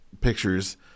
pictures